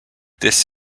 this